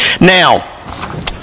Now